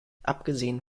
abgesehen